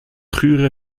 gure